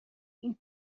این